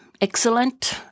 Excellent